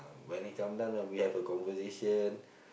when he come down then we have a conversation